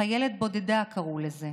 "חיילת בודדה" קראו לזה,